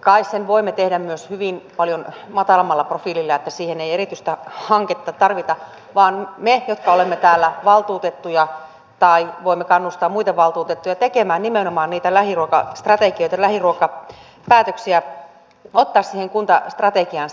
kai sen voimme tehdä myös hyvin paljon matalammalla profiililla niin että siihen ei erityistä hanketta tarvita vaan me jotka olemme täällä valtuutettuja voimme tehdä tai voimme kannustaa muita valtuutettuja tekemään nimenomaan niitä lähiruokastrategioita lähiruokapäätöksiä ottamaan siihen kuntastrategiaan sen lähiruuan